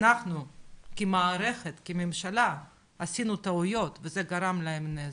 אנחנו כמערכת כממשלה עשינו טעויות וזה גרם להם נזק.